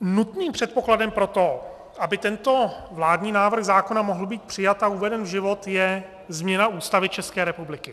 Nutným předpokladem pro to, aby tento vládní návrh zákona mohl být přijat a uveden v život, je změna Ústavy České republiky.